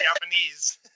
Japanese